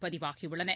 பதிவாகியுள்ளன